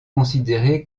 considéré